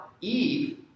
Eve